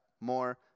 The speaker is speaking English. more